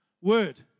word